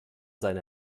seine